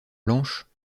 blanches